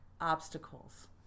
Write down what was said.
obstacles